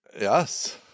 Yes